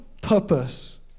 purpose